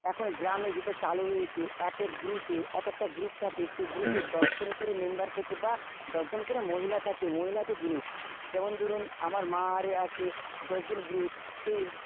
এখন গ্রামে যেটা চালু হয়েছে এক এক গ্রুপে এক একটা গ্রুপ থাকে সে গ্রুপে দশ জন করে মেম্বার থাকে বা দশ জন করে মহিলা থাকে মহিলাদের গ্রুপ যেমন ধরুন আমার মা আরে আছে দশজন গ্রুপ সেই